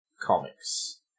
comics